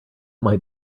might